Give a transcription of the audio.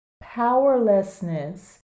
powerlessness